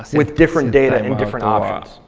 with different data and and different options.